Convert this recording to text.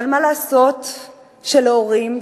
מה לעשות שלהורים,